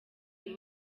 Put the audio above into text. iyi